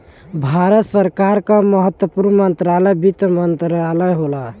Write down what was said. भारत सरकार क महत्वपूर्ण मंत्रालय वित्त मंत्रालय होला